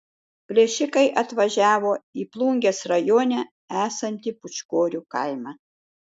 plėšikai atvažiavo į plungės rajone esantį pūčkorių kaimą